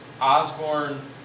Osborne